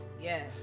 Yes